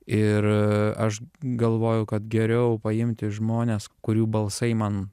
ir aš galvoju kad geriau paimti žmones kurių balsai man